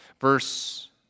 Verse